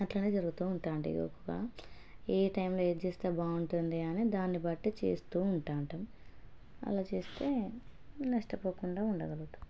అలానే జరుగుతూ ఉంటాయి ఎక్కువ ఏ టైంలో ఏది చేస్తే బాగుంటుంది అనే దాన్ని బట్టి చేస్తూ ఉంటాము అలా చేస్తే నష్టపోకుండా ఉండగలుగుతాము